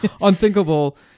unthinkable